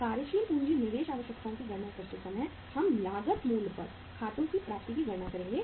कार्यशील पूंजी निवेश आवश्यकताओं की गणना करते समय हम लागत मूल्य पर खातों की प्राप्ति की गणना करेंगे